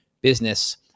business